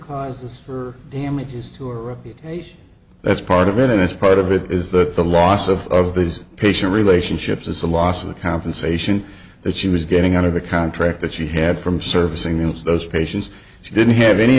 causes for damages to a reputation that's part of it and that's part of it is that the loss of these patient relationships is the loss of the compensation that she was getting out of the contract that she had from servicing those those patients she didn't have any